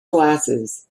glasses